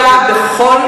נופיע בכל מקום,